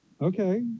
Okay